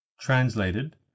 Translated